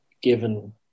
given